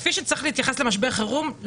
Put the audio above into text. כפי שצריך להתייחס למשבר חירום,